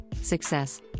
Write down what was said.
success